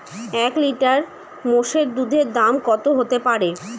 এক লিটার মোষের দুধের দাম কত হতেপারে?